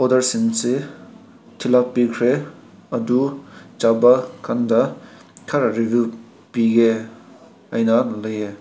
ꯑꯣꯗꯔꯁꯤꯡꯁꯤ ꯊꯤꯜꯂꯛꯄꯤꯈ꯭ꯔꯦ ꯑꯗꯨ ꯆꯥꯕ ꯀꯥꯟꯗ ꯈꯔ ꯔꯤꯚ꯭ꯌꯨ ꯄꯤꯒꯦ ꯑꯩꯅ ꯂꯩꯌꯦ